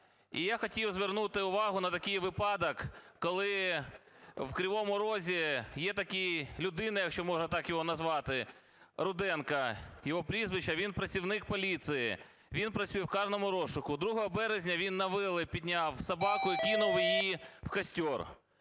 І я хотів звернути увагу на такий випадок, коли в Кривому Розі є такий, людина, якщо можна так його назвати, Руденко його прізвище. Він працівник поліції, він працює в карному розшуку. 2 березня він на вила підняв собаку і кинув її в костер.